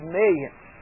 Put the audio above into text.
millions